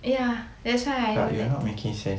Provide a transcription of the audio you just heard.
ya that's why I dont like